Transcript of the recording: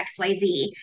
XYZ